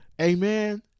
Amen